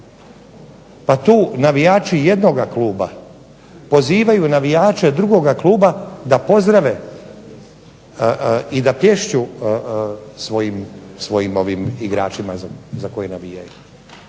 Pa tu navijači jednoga kluba pozivaju navijače drugoga kluba da pozdrave i da plješću svojim igračima za koje navijaju.